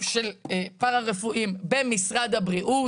של פרא- רפואיים במשרד הבריאות.